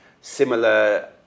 similar